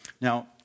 Now